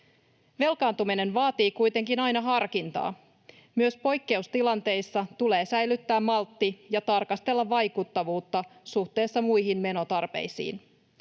Velkaantuminen vaatii kuitenkin aina harkintaa. Myös poikkeustilanteissa tulee säilyttää maltti ja tarkastella vaikuttavuutta suhteessa muihin menotarpeisiin.